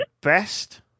best